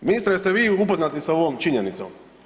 Ministre jeste li vi upoznati s ovom činjenicom?